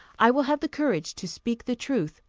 i will have the courage to speak the truth,